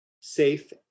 safe